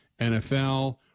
NFL